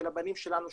של הבנים שלנו,